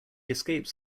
escapes